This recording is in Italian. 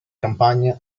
campagne